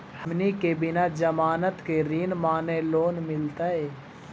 हमनी के बिना जमानत के ऋण माने लोन मिलतई?